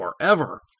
forever